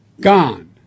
gone